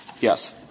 Yes